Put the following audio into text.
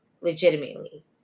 legitimately